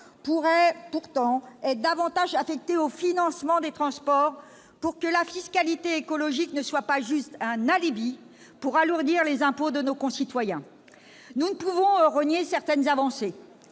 pourrait cependant être davantage affectée au financement des transports, de sorte que la fiscalité écologique ne soit pas un simple alibi permettant d'alourdir les impôts de nos concitoyens. Nous ne pouvons nier certaines avancées.